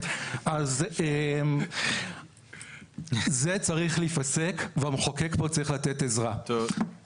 יש לי שאלה לתומר היועץ המשפטי של הוועדה.